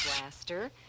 blaster